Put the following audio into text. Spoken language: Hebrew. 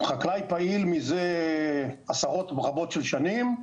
חקלאי פעיל מזה עשרות רבות של שנים.